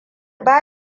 ba